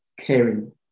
caring